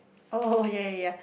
oh yea yea yea